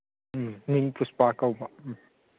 ꯎꯝ ꯃꯤꯡ ꯄꯨꯁꯄꯥ ꯀꯧꯕ ꯎꯝ